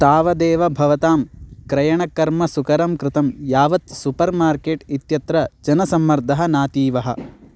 तावदेव भवतां क्रयणकर्मसुकरं कृतं यावत् सुपर् मार्केट् इत्यत्र जनसम्मर्दः नातीवः